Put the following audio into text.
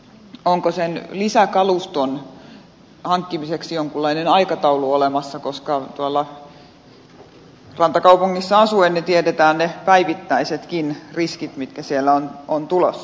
onko sen lisäkaluston hankkimiseksi jonkinlainen aikataulu olemassa koska tuolla rantakaupungissa asuen tiedetään ne päivittäisetkin riskit mitkä siellä on tulossa